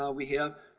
ah we have